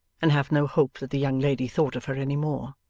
and have no hope that the young lady thought of her any more.